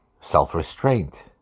self-restraint